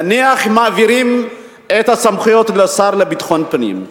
נניח מעבירים את הסמכויות לשר לביטחון פנים.